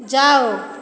जाओ